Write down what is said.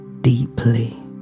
deeply